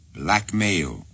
blackmail